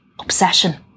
Obsession